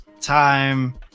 time